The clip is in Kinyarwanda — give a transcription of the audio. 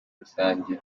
rusange